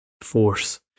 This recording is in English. force